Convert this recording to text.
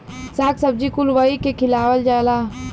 शाक सब्जी कुल वही के खियावल जाला